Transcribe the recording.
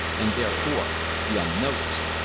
and therefore the unnoticed.